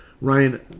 Ryan